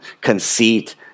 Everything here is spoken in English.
conceit